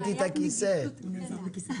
שכיחים ודבר שבשגרה אבל למרבה הצער הם לא נדירים וקורים